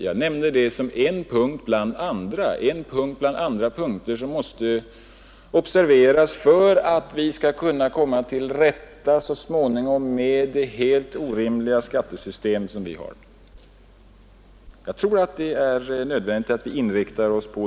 Jag nämnde det som en punkt bland andra punkter som måste observeras för att vi så småningom skall kunna komma till rätta med det helt orimliga skattesystem som vi har. Det tror jag är nödvändigt att vi inriktar oss på.